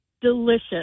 delicious